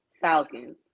Falcons